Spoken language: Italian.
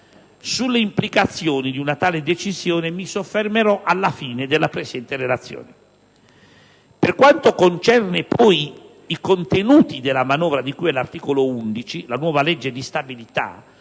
Sulle implicazioni di una tale decisione mi soffermerò alla fine della presente relazione. Per quanto concerne poi i contenuti della manovra di cui all'articolo 11 (nuova legge di stabilità),